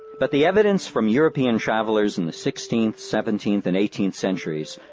but the evidence from european travellers in the sixteenth, seventeenth, and eighteenth centuries,